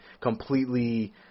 completely